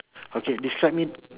okay describe me